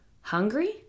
hungry